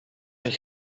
een